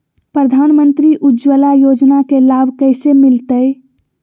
प्रधानमंत्री उज्वला योजना के लाभ कैसे मैलतैय?